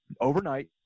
Overnight